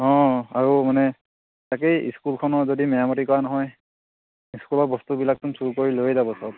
অঁ আৰু মানে এই স্কুলখনৰ যদি মেৰামতি কৰা নহয় স্কুলৰ বস্তুবিলাকচোন চুৰ কৰি লৈয়ে যাব চব